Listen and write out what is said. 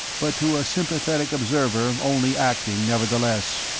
but to a sympathetic observer only acting, nevertheless.